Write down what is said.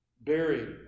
buried